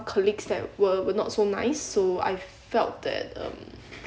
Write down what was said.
colleagues that were were not so nice so I felt that um